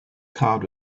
card